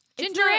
Ginger